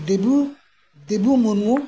ᱫᱮᱵᱩ ᱫᱮᱵᱩ ᱢᱩᱨᱢᱩ